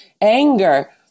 anger